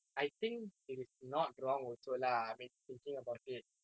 I think it is not wrong also lah I mean thinking about it